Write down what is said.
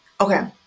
Okay